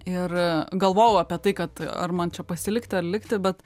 ir galvojau apie tai kad ar man čia pasilikti ar likti bet